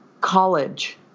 college